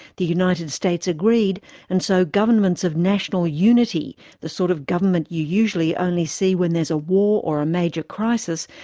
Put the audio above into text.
the united states agreed and so governments of national unity, the sort of government you usually only see when there's a war or a major crisis,